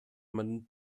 man